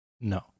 No